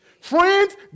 Friends